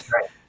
Right